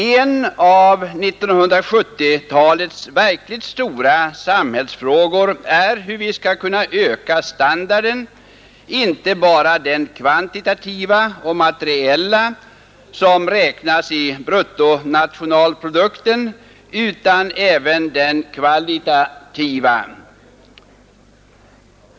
En av 1970-talets verkligt stora samhällsfrågor är hur vi skall kunna öka standarden inte bara den kvantitativa och materiella, som räknas i bruttonationalprodukten, utan även den kvalitativa.